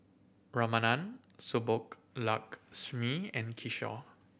Ramanand Subbulakshmi and Kishore